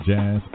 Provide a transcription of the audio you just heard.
Jazz